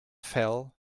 fell